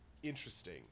Interesting